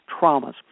traumas